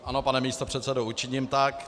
Ano, pane místopředsedo, učiním tak.